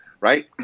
right